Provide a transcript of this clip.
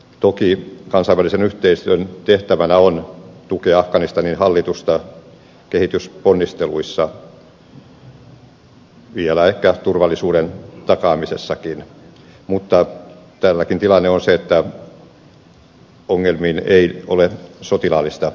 toki kansainvälisen yhteistyön tehtävänä on tukea afganistanin hallitusta kehitysponnisteluissa vielä ehkä turvallisuuden takaamisessakin mutta täälläkin tilanne on se että ongelmiin ei ole sotilaallista ratkaisua